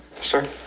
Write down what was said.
sir